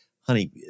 honey